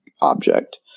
object